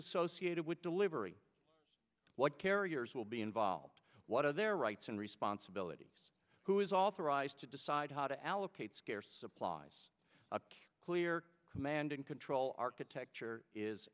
associated with delivery what carriers will be involved what are their rights and responsibilities who is authorized to decide how to allocate scarce supplies a clear command and control architecture is